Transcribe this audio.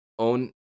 Own